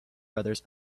feathers